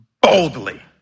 boldly